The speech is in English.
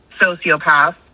sociopath